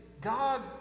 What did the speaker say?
God